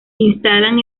instalan